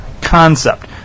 concept